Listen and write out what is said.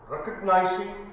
Recognizing